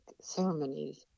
ceremonies